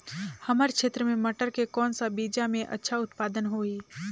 हमर क्षेत्र मे मटर के कौन सा बीजा मे अच्छा उत्पादन होही?